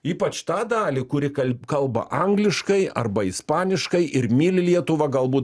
ypač tą dalį kuri kal kalba angliškai arba ispaniškai ir myli lietuvą galbūt